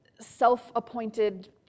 self-appointed